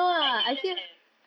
I did eh